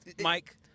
Mike